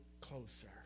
closer